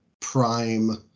prime